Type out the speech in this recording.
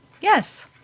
Yes